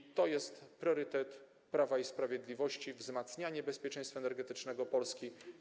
I to jest priorytet Prawa i Sprawiedliwości, wzmacnianie bezpieczeństwa energetycznego Polski.